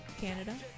Canada